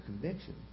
conviction